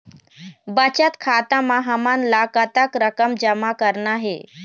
बचत खाता म हमन ला कतक रकम जमा करना हे?